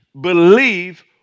believe